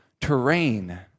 terrain